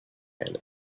men